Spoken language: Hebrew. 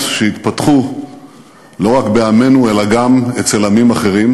שהתפתחו לא רק בעמנו אלא גם אצל עמים אחרים: